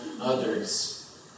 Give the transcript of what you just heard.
others